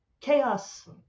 chaos